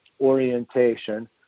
orientation